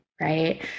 right